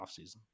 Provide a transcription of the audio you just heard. offseason